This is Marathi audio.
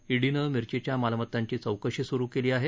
ईडीनं मिर्चीच्या मालमत्तांची चौकशी सुरु केली आहे